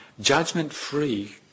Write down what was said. judgment-free